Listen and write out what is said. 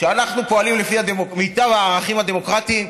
אנחנו פועלים לפי מיטב הערכים הדמוקרטיים,